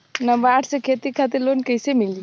नाबार्ड से खेती खातिर लोन कइसे मिली?